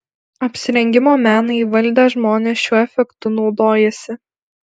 apsirengimo meną įvaldę žmonės šiuo efektu naudojasi